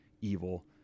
evil